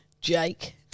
Jake